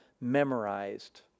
memorized